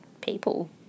people